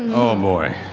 oh boy.